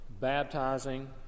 baptizing